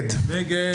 נמנע?